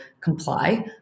comply